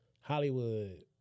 Hollywood